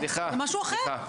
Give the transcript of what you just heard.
זה משהו אחר.